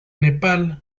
nepal